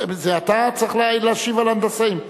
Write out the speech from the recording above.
אתה צריך להשיב על הנדסאים?